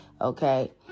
okay